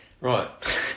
Right